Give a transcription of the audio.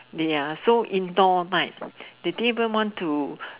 they are so indoor night they didn't even want to